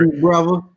brother